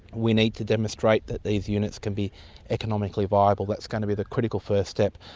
we need to demonstrate that these units can be economically viable, that's going to be the critical first step.